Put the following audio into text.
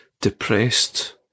depressed